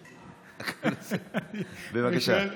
בבקשה.